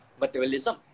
materialism